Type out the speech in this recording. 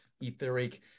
etheric